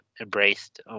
embraced